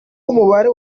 umubare